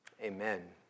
amen